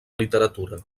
literatura